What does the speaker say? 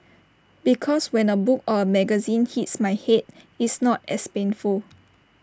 because when A book or A magazine hits my Head it's not as painful